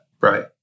Right